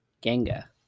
Ganga